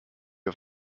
auf